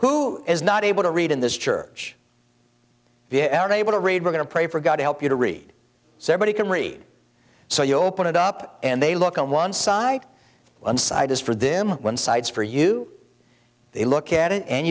who is not able to read in this church via aaron able to read we're going to pray for god help you to read seven he can read so you open it up and they look on one side one side is for them one side's for you they look at it and